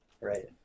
right